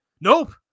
nope